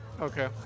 Okay